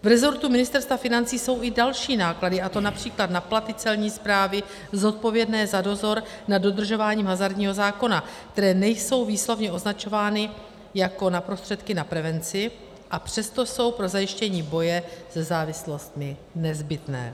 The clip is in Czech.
V rezortu Ministerstva financí jsou i další náklady, a to například na platy Celní správy zodpovědné za dozor nad dodržováním hazardního zákona, které nejsou výslovně označovány jako prostředky na prevenci, a přesto jsou pro zajištění boje se závislostmi nezbytné.